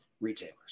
Retailers